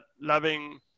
loving